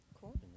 Cool